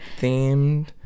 themed